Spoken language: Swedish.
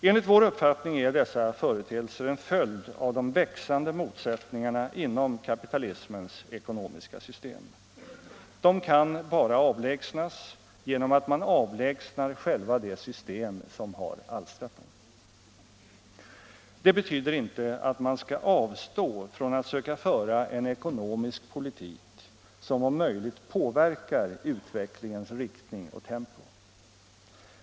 Enligt vår uppfattning är dessa företeelser en följd av de växande motsättningarna inom kapitalismens ekonomiska system. De kan bara avlägsnas genom att man avlägsnar själva det system som har alstrat dem. Det betyder inte att man skall avstå från att söka föra en ekonomisk politik som om möjligt påverkar utvecklingens riktning och tempo.